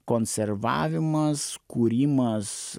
konservavimas kūrimas